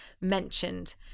mentioned